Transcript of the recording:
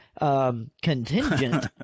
contingent